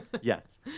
Yes